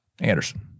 Anderson